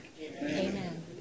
Amen